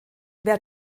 wer